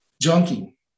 junkie